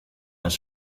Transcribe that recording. das